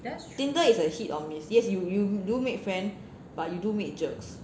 Tinder is a hit or miss yes you do make friends but you do meet jerks